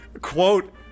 quote